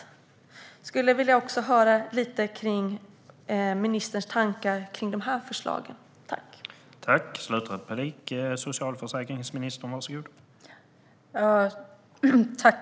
Jag skulle vilja höra lite av ministerns tankar om de förslagen också.